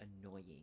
annoying